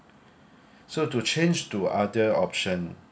so to change to other option